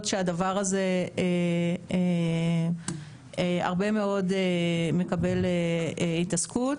שהדבר הזה הרבה מאוד מקבל התעסקות.